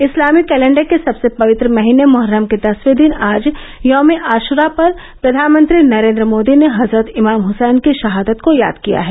इस्लामी calendar के सबसे पवित्र महीने मोहर्रम के दसवें दिन आज यौम ए अशुरा पर प्रधानमंत्री नरेन्द्र मोदी ने हजरत इमाम ह्सैन की शहादत को याद किया है